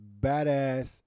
badass